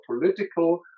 political